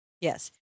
Yes